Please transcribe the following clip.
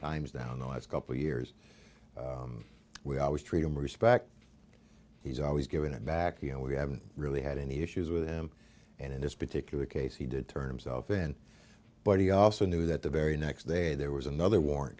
times now no it's a couple years we always treat them respect he's always given it back you know we haven't really had any issues with him and in this particular case he did turn himself in but he also knew that the very next day there was another